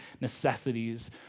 necessities